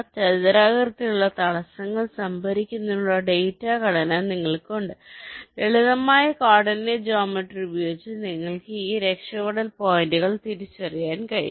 ചതുരാകൃതിയിലുള്ള തടസ്സങ്ങൾ സംഭരിക്കുന്നതിനുള്ള ഡാറ്റാ ഘടന നിങ്ങൾക്കുണ്ട് ലളിതമായ കോർഡിനേറ്റ് ജോമേറ്ററി ഉപയോഗിച്ച് നിങ്ങൾക്ക് ഈ രക്ഷപ്പെടൽ പോയിന്റുകൾ തിരിച്ചറിയാൻ കഴിയും